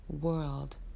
world